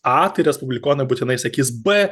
a tai respublikonai būtinai sakys b